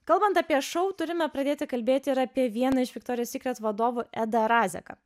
kalbant apie šou turime pradėti kalbėti ir apie vieną iš viktorijos sykret vadovų edą razeką